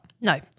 No